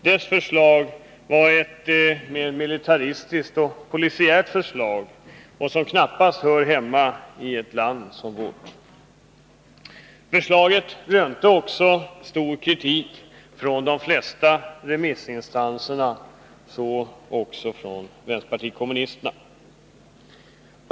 Arbetsgruppens förslag, som var militaristiskt och polisiärt, hör knappast hemma i ett land som Sverige. Förslaget rönte också mycken kritik från de flesta remissinstanser, så även från vpk.